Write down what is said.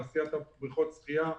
תעשיית בריכות השחייה,